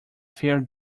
fair